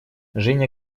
женя